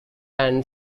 and